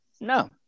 No